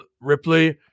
Ripley